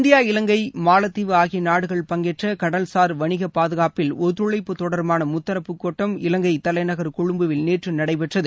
India Ilangai மாலத்தீவு ஆகிய நாடுகள் பங்கேற்ற கடல்சார் வணிக ாதுகாப்பில் ஒத்துழைப்பு தொடர்பான முத்தரப்பு கூட்டம் இலங்கை தலைநகர் கொழும்பில் நேற்று நடைபெற்றது